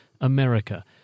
America